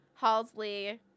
Halsley